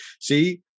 see